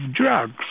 drugs